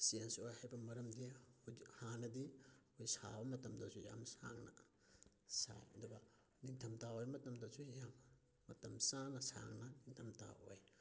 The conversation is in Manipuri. ꯆꯦꯟꯖ ꯑꯣꯏ ꯍꯥꯏꯕꯒꯤ ꯃꯔꯝꯗꯤ ꯑꯩꯈꯣꯏꯗꯤ ꯍꯥꯟꯅꯗꯤ ꯑꯩꯈꯣꯏ ꯁꯥꯕ ꯃꯇꯝꯗꯁꯨ ꯌꯥꯝ ꯁꯥꯡꯅ ꯁꯥꯏ ꯑꯗꯨꯒ ꯅꯤꯡꯊꯝꯊꯥ ꯑꯣꯏ ꯃꯇꯝꯗꯁꯨ ꯌꯥꯝꯅ ꯃꯇꯝ ꯆꯥꯅ ꯁꯥꯡꯅ ꯅꯤꯡꯊꯝꯊꯥ ꯑꯣꯏ